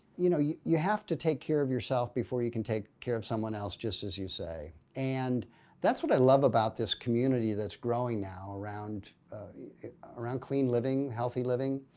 you know, you you have to take care of yourself before you can take care of someone else just as you say. and that's what i love about this community that's growing now around around clean living, healthy living,